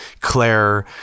Claire